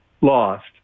lost